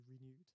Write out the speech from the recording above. renewed